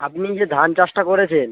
আপনি যে ধান চাষটা করেছেন